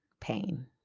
pain